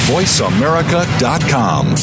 VoiceAmerica.com